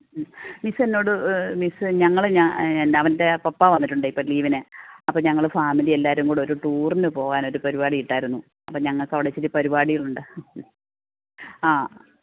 മ് മിസ് എന്നോട് മിസ്സ് ഞങ്ങള് ഞാൻ എന് അവന്റെ പപ്പാ വന്നിട്ടുണ്ട് ഇപ്പം ലീവിന് അപ്പം ഞങ്ങള് ഫാമിലി എല്ലാവരും കൂടൊരു ടൂറിന് പോകാനൊരു പരിപാടിയിട്ടാരുന്നു അപ്പം ഞങ്ങൾക്ക് അവിടെ ഇച്ചിരി പരിപാടികൾ ഉണ്ട് ആ